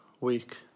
week